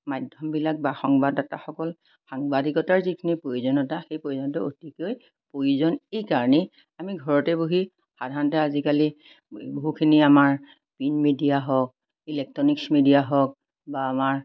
মাধ্যমবিলাক বা সংবাদাতাসকল সাংবাদিকতাৰ যিখিনি প্ৰয়োজনীয়তা সেই প্ৰয়োজনীয়তা অতিকৈ প্ৰয়োজন এইকাৰণেই আমি ঘৰতে বহি সাধাৰণতে আজিকালি বহুখিনি আমাৰ প্ৰিণ্ট মিডিয়া হওক ইলেক্ট্ৰনিক্স মিডিয়া হওক বা আমাৰ